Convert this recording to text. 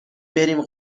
بریم